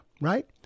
right